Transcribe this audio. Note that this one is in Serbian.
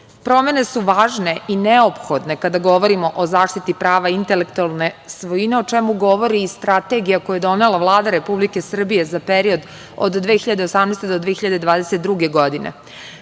EU.Promene su važne i neophodne kada govorimo o zaštiti prava intelektualne svojine, o čemu govori i Strategija koju je donela Vlada Republike Srbije za period od 2018. do 2022. godine.